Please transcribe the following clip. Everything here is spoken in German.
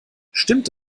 stimmt